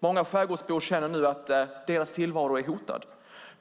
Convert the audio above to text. Många skärgårdsbor känner nu att deras tillvaro är hotad.